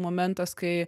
momentas kai